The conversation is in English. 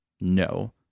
No